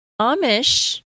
Amish